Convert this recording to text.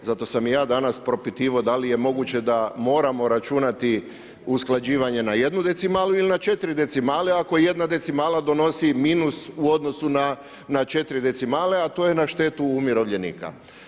Zato sam i ja danas propitivao da li je moguće da moramo računati usklađivanje na jednu decimalu ili na četiri decimale ako jedna decimala donosi minus u odnosu na četiri decimale a to je na štetu umirovljenika.